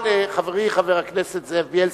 אבל חברי חבר הכנסת זאב בילסקי,